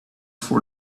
for